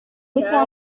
ikaba